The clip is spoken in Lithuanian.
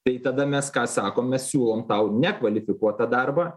tai tada mes ką sakom mes siūlom tau nekvalifikuotą darbą